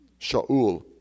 sha'ul